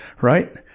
right